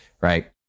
right